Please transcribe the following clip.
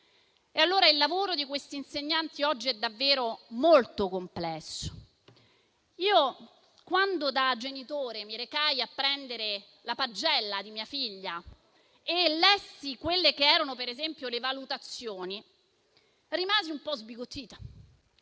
emozionare. Il lavoro di questi insegnanti oggi è davvero molto complesso. Io, quando da genitore mi recai a prendere la pagella di mia figlia e lessi le valutazioni, rimasi un po' sbigottita.